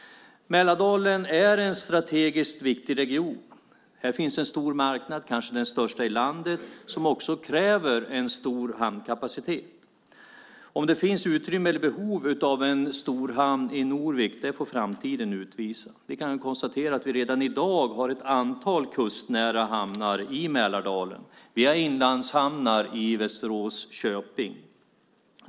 Mälardalen är en strategiskt viktig region. Här finns en stor marknad - kanske den största i landet - som också kräver en stor hamnkapacitet. Om det finns utrymme eller behov av en stor hamn i Norvik får framtiden utvisa. Vi kan konstatera att vi redan i dag har ett antal kustnära hamnar i Mälardalen. Vi har inlandshamnar i Västerås och Köping.